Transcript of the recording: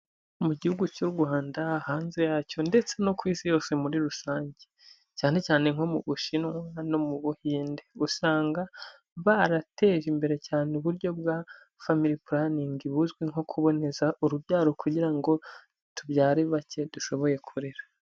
Mu gihugu cy'u Rwanda, hanze yacyo ndetse no ku isi yose muri rusange, cyane cyane nko mu bushinwa no mu buhinde. Usanga barateje imbere cyane uburyo bwa family planning, buzwi nko kuboneza urubyaro kugira ngo tubyare bake dushoboye kurera.